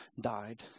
died